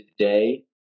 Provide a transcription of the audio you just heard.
today